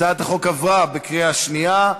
הצעת החוק עברה בקריאה שנייה.